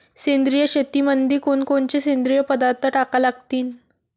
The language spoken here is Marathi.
सेंद्रिय शेतीमंदी कोनकोनचे सेंद्रिय पदार्थ टाका लागतीन?